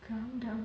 calm down